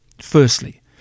Firstly